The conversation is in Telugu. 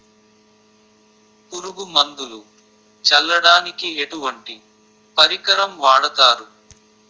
పురుగు మందులు చల్లడానికి ఎటువంటి పరికరం వాడతారు?